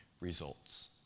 results